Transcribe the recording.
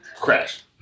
Crash